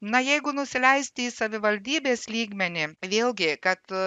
na jeigu nusileisti į savivaldybės lygmenį vėlgi kad